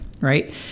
right